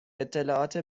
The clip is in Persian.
اطلاعات